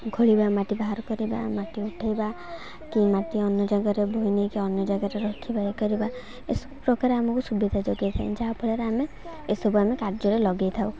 ଘୋଳିବା ମାଟି ବାହାର କରିବା ମାଟି ଉଠାଇବା କି ମାଟି ଅନ୍ୟ ଜାଗାରେ ଭୋଇ ନେଇକି ଅନ୍ୟ ଜାଗାରେ ରଖିବା କରିବା ଏସବୁ ପ୍ରକାର ଆମକୁ ସୁବିଧା ଯୋଗାଇଥାଏ ଯାହାଫଳରେ ଆମେ ଏସବୁ ଆମେ କାର୍ଯ୍ୟରେ ଲଗାଇଥାଉ